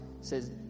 says